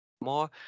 more